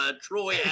Troy